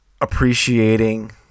appreciating